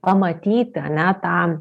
pamatyti ane tam